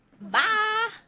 bye